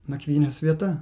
nakvynės vieta